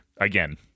again